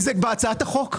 כי זה בהצעת החוק.